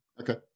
Okay